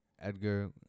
Edgar